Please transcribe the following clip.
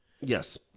Yes